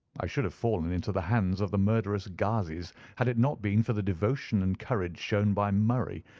i should have fallen into the hands of the murderous ghazis had it not been for the devotion and courage shown by murray,